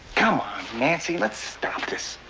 come on, nancy, let's stop this.